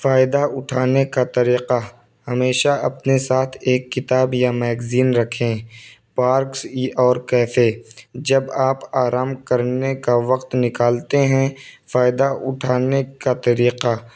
فائدہ اٹھانے کا طریقہ ہمیشہ اپنے ساتھ ایک کتاب یا میگزین رکھیں پارکس اور کیفے جب آپ آرام کرنے کا وقت نکالتے ہیں فائدہ اٹھانے کا طریقہ